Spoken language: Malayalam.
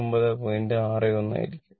61 ആയിരിക്കും